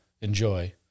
enjoy